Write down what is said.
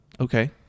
Okay